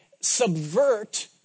subvert